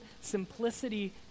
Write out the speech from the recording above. simplicity